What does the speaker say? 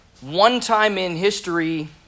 one-time-in-history